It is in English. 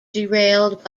derailed